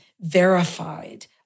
verified